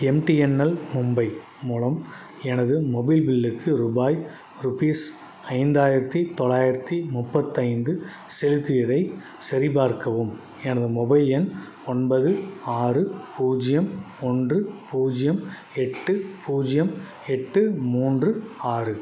MTNL Mumbai மூலம் எனது mobile பில்லுக்கு ரூபாய் ரூபிஸ் ஐந்தாயரத்தி தொள்ளாயரத்தி முப்பத்தைந்து செலுத்தியதைச் சரிபார்க்கவும் எனது மொபைல் எண் ஒன்பது ஆறு பூஜ்ஜியம் ஒன்று பூஜ்ஜியம் எட்டு பூஜ்ஜியம் எட்டு மூன்று ஆறு